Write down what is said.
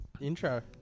Intro